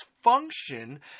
function